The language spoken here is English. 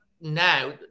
now